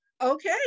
okay